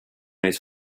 his